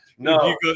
no